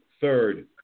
third